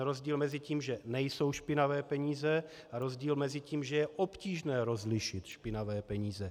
Rozdíl mezi tím, že nejsou špinavé peníze, a rozdíl mezi tím, že je obtížné rozlišit špinavé peníze.